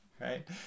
right